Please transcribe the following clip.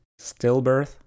stillbirth